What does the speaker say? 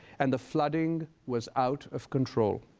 and the flooding was out of control.